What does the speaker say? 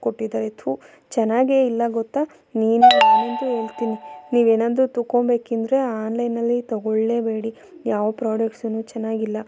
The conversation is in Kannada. ಕೊಟ್ಟಿದ್ದಾರೆ ಥೂ ಚೆನ್ನಾಗೆ ಇಲ್ಲ ಗೊತ್ತಾ ನೀನು ನಾನಂತೂ ಹೇಳ್ತೀನಿ ನೀವೇನಾದ್ರೂ ತಗೊಳ್ಬೇಕೆಂದ್ರೆ ಆನ್ಲೈನಲ್ಲಿ ತಗೊಳ್ಳೇಬೇಡಿ ಯಾವ ಪ್ರಾಡಕ್ಟ್ಸನು ಚೆನ್ನಾಗಿಲ್ಲ